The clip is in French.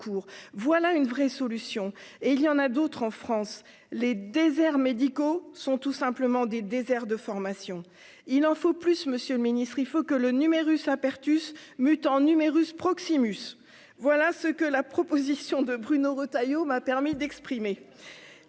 voilà une vraie solution et il y en a d'autres en France les déserts médicaux sont tout simplement des déserts de formation, il en faut plus, monsieur le ministre, il faut que le numerus apertus mutant numerus Proximus voilà ce que la proposition de Bruno Retailleau, m'a permis d'exprimer